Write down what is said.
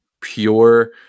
pure